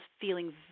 feeling